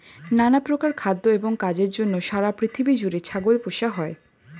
নানা প্রকার খাদ্য এবং কাজের জন্য সারা পৃথিবী জুড়ে ছাগল পোষা হয়